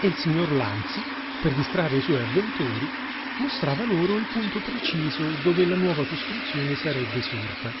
il signor lanzi per distrarre i suoi avventori mostrava loro il punto preciso dove la nuova costruzione sarebbe sorta